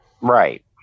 Right